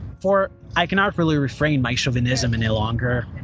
for i cannot really refrain my chauvinism any longer,